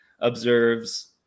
observes